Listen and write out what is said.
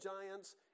giants